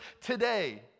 today